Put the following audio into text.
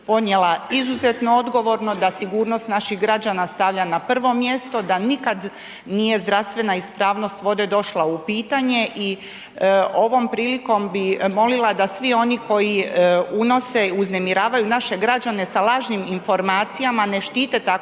Vlada RH se ponijela izuzetno odgovorno, da sigurnost naših građana stavlja na prvo mjesto, da nikad nije zdravstvena ispravnost vode došla u pitanje i ovom prilikom bi molila da svi oni koji unose, uznemiravaju naše građane sa lažnim informacijama ne štite tako interese naših